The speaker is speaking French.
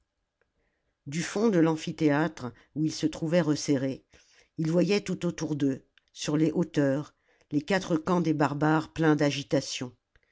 du fond de l'amphithéâtre oii ils se trouvaient resserrés ils voyaient tout autour d'eux sur les hauteurs les quatre camps des barbares pleins d'agitation